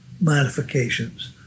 modifications